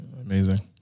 Amazing